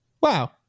wow